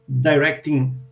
directing